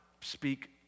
speak